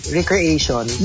recreation